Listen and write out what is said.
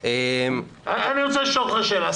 אני רוצה לשאול אותך שאלה.